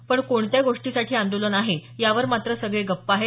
पण कोणत्या गोष्टीसाठी आंदोलन आहे यावर मात्र सगळे गप्प आहेत